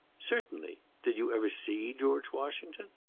certainly. did you ever see george washington?